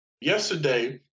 Yesterday